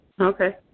Okay